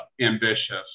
ambitious